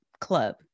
club